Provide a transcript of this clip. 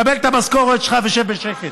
תקבל את המשכורת שלך ושב בשקט.